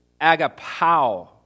agapow